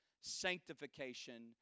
sanctification